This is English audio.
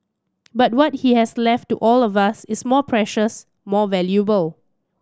but what he has left to all of us is more precious more valuable